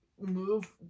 move